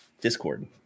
discord